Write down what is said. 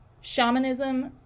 Shamanism